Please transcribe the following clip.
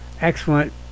excellent